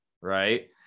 right